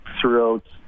throughout